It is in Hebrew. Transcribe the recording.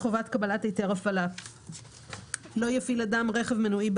חובת קבלת היתר הפעלה 14כו. (א)לא יפעיל אדם רכב מנועי,